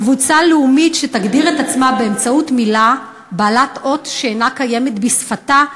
קבוצה לאומית שתגדיר את עצמה באמצעות מילה בעלת אות שאינה קיימת בשפתה?